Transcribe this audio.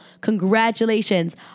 Congratulations